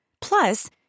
Plus